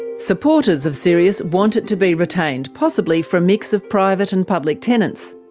supporters of sirius want it to be retained, possibly for a mix of private and public tenants.